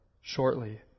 shortly